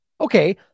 Okay